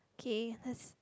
K lets